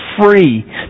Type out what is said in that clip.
free